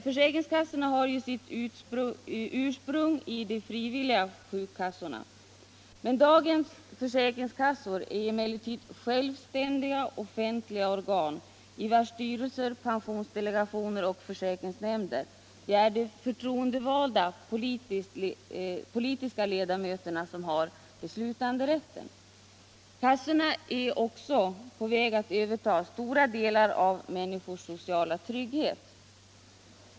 Försäkringskassorna har ju sitt ursprung i de frivilliga sjukkassorna. Men dagens försäkringskassor är självständiga offentliga organ i vilkas styrelser, pensionsdelegationer och försäkringsnämnder de förtroendevalda politiska ledamöterna har beslutanderätten. Kassorna är också på väg att överta stora delar av människors sociala trygghet.